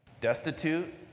destitute